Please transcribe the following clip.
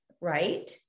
right